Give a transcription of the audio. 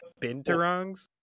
binturongs